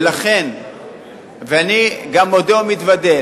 ואני גם מודה ומתוודה,